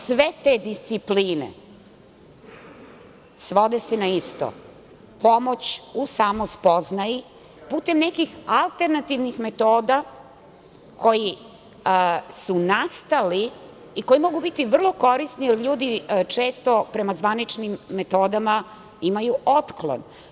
Sve te discipline svode se na isto – pomoć u samospoznaji putem nekih alternativnih metoda koje su nastale i koje mogu biti vrlo korisne, jer ljudi često prema zvaničnim metodama imaju otklon.